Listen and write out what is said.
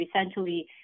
essentially